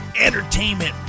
entertainment